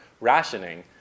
rationing